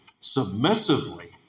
submissively